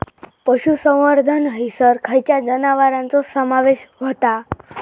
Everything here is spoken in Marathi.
पशुसंवर्धन हैसर खैयच्या जनावरांचो समावेश व्हता?